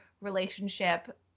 relationship